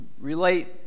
relate